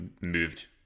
moved